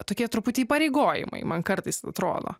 tokie truputį įpareigojimai man kartais atrodo